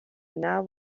anaal